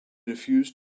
refused